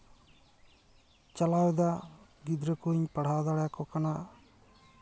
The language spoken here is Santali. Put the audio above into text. ᱪᱟᱞᱟᱣ ᱫᱟ ᱜᱤᱫᱽᱨᱟᱹ ᱠᱩᱧ ᱯᱟᱲᱦᱟᱣ ᱫᱟᱲᱮᱭᱟᱠᱚ ᱠᱟᱱᱟ